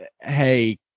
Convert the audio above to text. hey